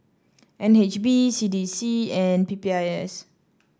N H B C D C and P P I S